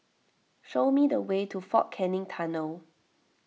show me the way to fort Canning Tunnel